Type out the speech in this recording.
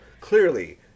Clearly